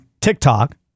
TikTok